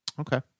okay